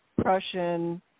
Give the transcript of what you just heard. Prussian